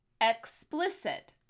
explicit